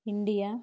India